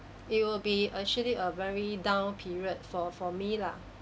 it will be actually a very down period for for me lah